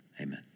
Amen